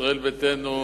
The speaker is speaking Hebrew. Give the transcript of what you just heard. ישראל ביתנו,